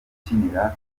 ukinira